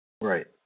Right